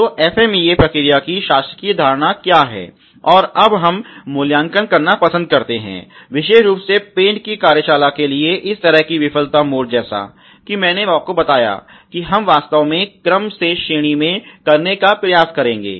तो FMEA प्रक्रिया की शासकीय धारणा क्या है और हम अब मूल्यांकन करना पसंद करते हैं विशेष रूप से पेंट की कार्यशाला के लिए इस तरह की विफलता मोड जैसा कि मैंने आपको बताया कि हम वास्तव में क्रम से श्रेणी में करने का प्रयास करेंगे